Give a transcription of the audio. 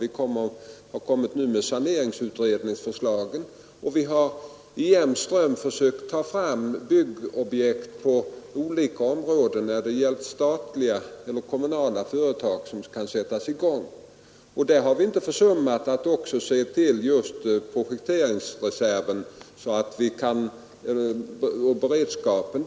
Vi har nu kommit med förslag baserade på saneringsutredningen, och vi har i en jämn ström tagit fram byggobjekt på olika områden. Det har gällt statliga eller kommunala företag som skulle sättas i gång. Vi har inte heller försummat att se till projekteringsreserven och beredskapen för framtiden.